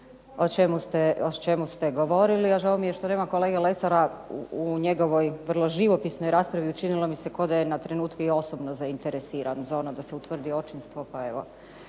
o čemu ste govorili. A žao mi je što nema kolege Lesara, u njegovoj vrlo živopisnoj raspravi učinilo mi se kao da je na trenutke i osobno zainteresiran za ono da se utvrdi očinstvo